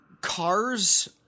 cars